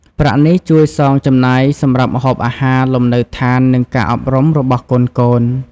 ប្រាក់នេះជួយសងចំណាយសម្រាប់ម្ហូបអាហារ លំនៅដ្ឋាន និងការអប់រំរបស់កូនៗ។